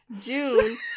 June